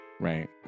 right